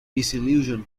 disillusioned